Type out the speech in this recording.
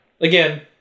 Again